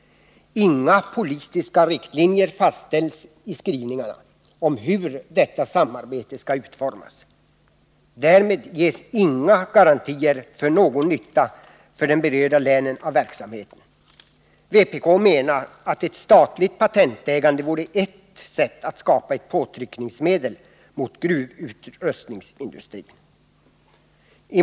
I skrivningarna fastställs inga politiska riktlinjer. Därmed ges inga garantier för att verksamheten blir till någon nytta för de berörda länen. Vpk menar att ett statligt patentägande vore ett sätt att skapa ett påtryckningsmedel mot gruvutrustningsindustrin.